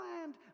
land